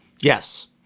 Yes